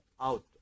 out